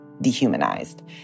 dehumanized